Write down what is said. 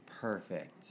Perfect